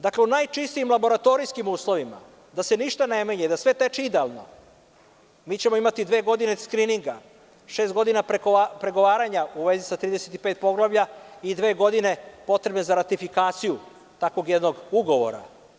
Dakle, u najčistijim laboratorijskim uslovima, da se ništa ne menja i da sve teče idealno, mi ćemo imati dve godine skrininga, šest godina pregovaranja u vezi sa 35 poglavlja i dve godine potrebne za ratifikaciju takvog jednog ugovora.